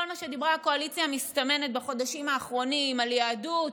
עם כל מה שדיברה הקואליציה המסתמנת בחודשים האחרונים על יהדות,